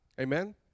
amen